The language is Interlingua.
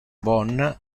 bon